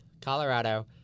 Colorado